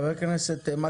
חבר הכנסת מקלב.